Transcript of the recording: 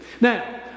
Now